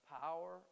power